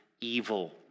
evil